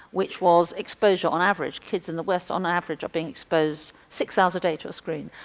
which was exposure on average, kids in the west on average are being exposed six hours a day to a screen.